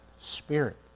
spirit